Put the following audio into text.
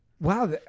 Wow